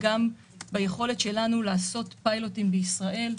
גם ביכולת שלנו לעשות פיילוטים בישראל.